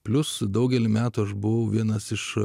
plius daugelį metų aš buvau vienas iš